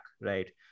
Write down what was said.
right